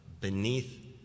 beneath